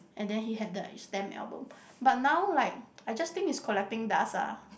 and then he had the stamp album but now like I just think it is collecting dust ah